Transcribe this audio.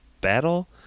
battle